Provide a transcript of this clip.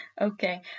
Okay